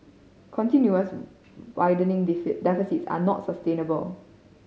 continuous widening deficits are not sustainable